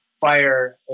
fire